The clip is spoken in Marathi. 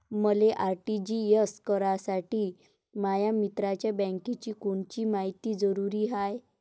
मले आर.टी.जी.एस करासाठी माया मित्राच्या बँकेची कोनची मायती जरुरी हाय?